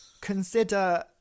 consider